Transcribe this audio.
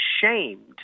shamed